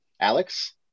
Alex